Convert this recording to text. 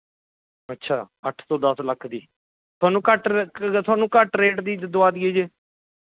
ਅੱਛਾ ਅੱਠ ਤੋਂ ਦੱਸ ਲੱਖ ਦੀ ਤੁਹਾਨੂੰ ਘੱਟ ਤੁਹਾਨੂੰ ਘੱਟ ਰੇਟ ਦੀ ਦੇਵਾ ਦੇਈਏ ਜੇ